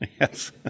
Yes